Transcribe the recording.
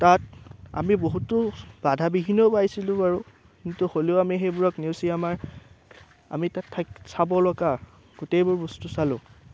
তাত আমি বহুতো বাধা বিঘিনীও পাইছিলোঁ বাৰু কিন্তু হ'লেও আমি সেইবোৰক নেওচি আমাৰ আমি তাত চাব লগা গোটেইবোৰ বস্তু চালোঁ